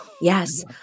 Yes